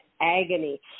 agony